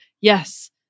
Yes